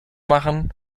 machen